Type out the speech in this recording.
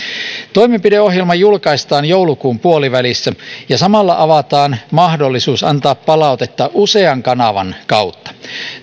toimenpideohjelma julkaistaan joulukuun puolivälissä ja samalla avataan mahdollisuus antaa palautetta usean kanavan kautta